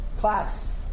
class